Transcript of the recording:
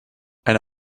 eine